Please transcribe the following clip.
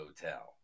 hotel